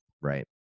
right